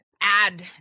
add